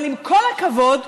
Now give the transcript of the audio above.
אבל עם כל הכבוד,